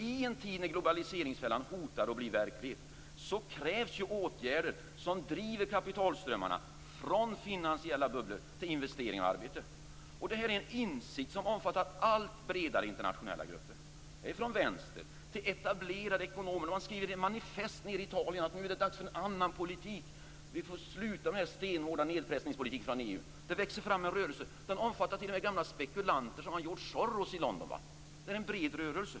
I en tid när globaliseringsfällan hotar att bli verklighet krävs åtgärder som driver kapitalströmmarna från finansiella bubblor till investering och arbete. Det är en insikt som omfattar allt bredare internationella grupper, från vänstern till etablerade ekonomer. Man har skrivit ett manifest nere i Italien om att det nu är dags för en annan politik och att vi måste sluta med den stenhårda nedpressningspolitiken från EU. Det växer fram en rörelse. Den omfattar t.o.m. gamla spekulanter som George Soros i London. Det är en bred rörelse.